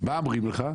מה אומרים לך?